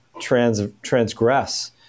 transgress